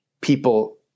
people